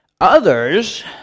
Others